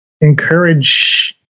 encourage